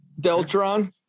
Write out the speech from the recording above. Deltron